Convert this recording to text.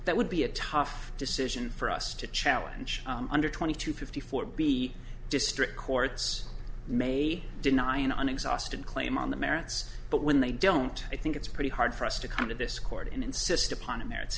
that would be a tough decision for us to challenge under twenty to fifty four b district courts may deny an exhausted claim on the merits but when they don't i think it's pretty hard for us to come to this court and insist upon a merits